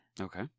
Okay